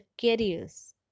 careers